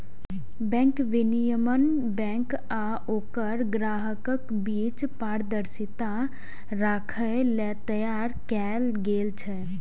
bank विनियमन bank आ ओकर ग्राहकक बीच पारदर्शिता राखै लेल तैयार कैल गेल छै